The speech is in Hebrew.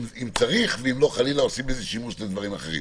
אם צריך ואם לא חלילה עושים בזה שימוש לדברים אחרים.